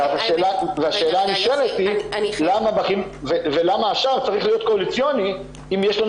השאלה הנשאלת היא למה השאר צריך להיות קואליציוני אם יש לנו